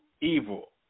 evil